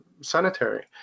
sanitary